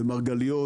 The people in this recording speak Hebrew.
במרגליות,